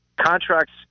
contracts